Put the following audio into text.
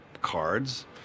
cards